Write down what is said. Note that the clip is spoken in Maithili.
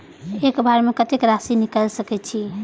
एक बार में कतेक राशि निकाल सकेछी?